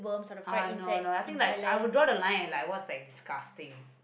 uh no no I think like I would draw the line at like what's disgusting